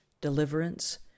deliverance